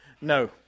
No